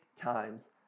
times